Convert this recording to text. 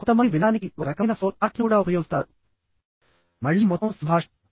కొంతమంది వినడానికి ఒక రకమైన ఫ్లో చార్ట్ను కూడా ఉపయోగిస్తారు మళ్ళీ మొత్తం సంభాషణ